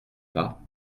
pas